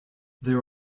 there